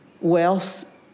wealth